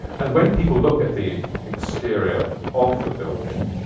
and when people look at the exterior of the building,